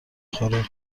خوره